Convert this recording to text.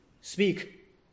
Speak